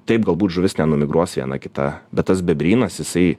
taip galbūt žuvis nenumigruos viena kita bet tas bebrynas jisai